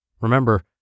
Remember